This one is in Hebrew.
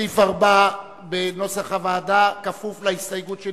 חבר הכנסת אילן גילאון, עוד הסתייגות יש?